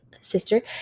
sister